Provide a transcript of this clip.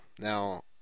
now